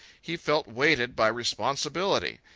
he felt weighted by responsibility,